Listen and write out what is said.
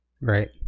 Right